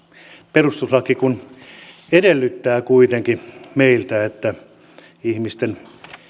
perustuslaki kun edellyttää kuitenkin meiltä että ihmisten